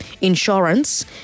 insurance